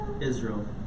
Israel